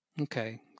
Okay